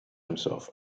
himself